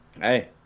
Hey